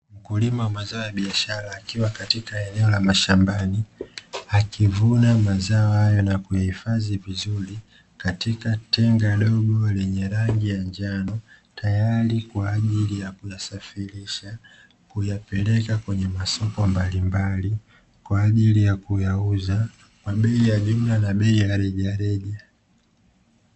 Mkulima wa mazao ya biashara aikwa katika eneo la mashambani, akivuna mazao hayo na kuyahifadhi vizuri katika tenga dogo lenye rangi ya njano, tayari kwa ajili ya kusafirisha kuyapeleka kwenye masoko mbalimbali kwa ajili ya kuyauza kwa bei ya jumla na bei ya rejareja.